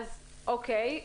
אוקי.